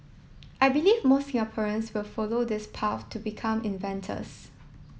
I believe more Singaporeans will follow this path to become inventors